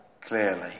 clearly